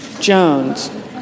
Jones